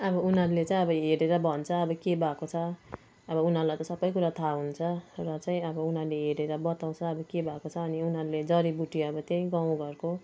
अब उनीहरूले चाहिँ अब हेरेर भन्छ अब के भएको छ अब उनीहरूलाई त सबै कुरा थाहा हुन्छ र चाहिँ अब उनीहरूले अब हेरेर बताउँछ अब के भएको छ अनि उनीहरूले जरीबुटी अब त्यही गाउँघरको